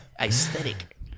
aesthetic